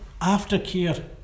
aftercare